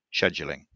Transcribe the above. scheduling